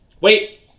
Wait